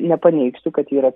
nepaneigsiu kad yra